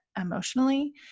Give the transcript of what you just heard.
emotionally